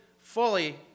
fully